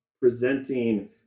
presenting